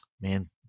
man